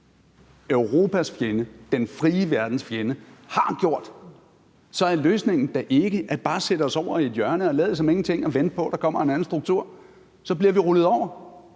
Europas fjende, den frie verdens fjende, har gjort. Så er løsningen da ikke, at vi bare sætter os over i et hjørne og lader som ingenting og venter på, at der kommer en anden struktur. Så bliver vi rullet over.